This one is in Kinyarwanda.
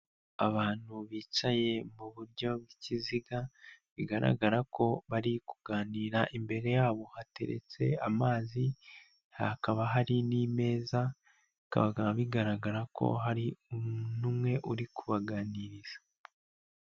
Abantu bicaye mu buryo bw'ikiziga bigaragara ko bari kuganira imbere yabo hateretse amazi, hakaba hari n'imeza, bikababa bigaragara ko hari umuntu umwe uri kubaganiriza.